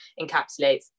encapsulates